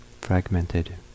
fragmented